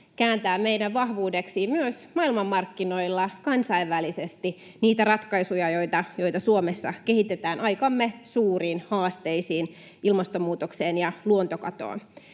kääntää meidän vahvuudeksi myös maailmanmarkkinoilla, kansainvälisesti, niitä ratkaisuja, joita Suomessa kehitetään aikamme suuriin haasteisiin, ilmastonmuutokseen ja luontokatoon.